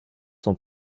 sont